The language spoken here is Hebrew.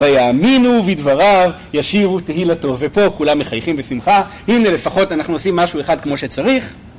ויאמינו בדבריו, ישירו תהילתו ופה כולם מחייכים בשמחה הנה לפחות אנחנו עושים משהו אחד כמו שצריך